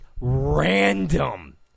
random